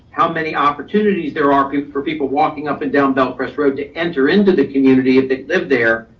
how many opportunities there are for people walking up and down bell crest road to enter into the community if they live there,